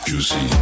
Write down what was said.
Juicy